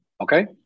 Okay